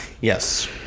Yes